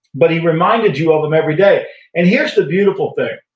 but he reminded you of them every day and here's the beautiful thing.